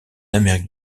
amérique